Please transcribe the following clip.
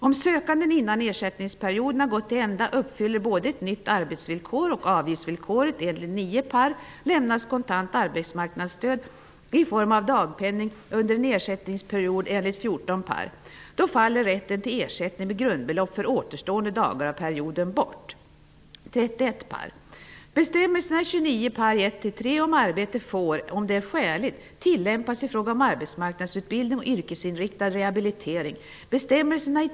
Vad som nu anförts innebär att jag inte kan ställa mig bakom förslaget i propositionen att den som inte efter den andra ersättningsperioden återkvalificerar sig genom förvärvsarbete blir utförsäkrad. Jag kan inte heller ansluta mig till förslaget om två skilda arbetsvillkor med olika möjligheter till kvalificering för ersättning.